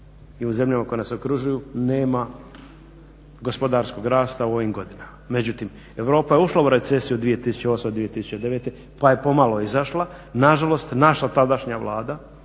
i u zemljama koje nas okružuju nema gospodarskog rasta u ovim godinama, međutim Europa je ušla u recesiju 2008./2009. pa je pomalo izašla. Nažalost, naša tadašnja Vlada